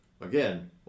again